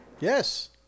Yes